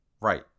right